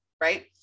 right